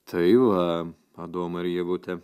tai va adomai ir ievute